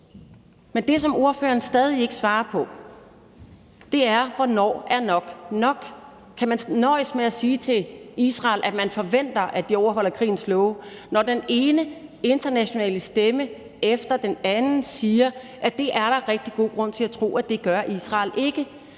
Men det, som ordføreren stadig ikke svarer på, er, hvornår nok er nok. Kan man nøjes med at sige til Israel, at man forventer, at de overholder krigens love, når den ene internationale stemme efter den anden siger, at det er der er rigtig god grund til at tro at Israel ikke